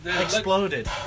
Exploded